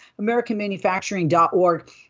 AmericanManufacturing.org